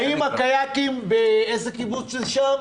האם הקייקים, איזה קיבוץ זה שם?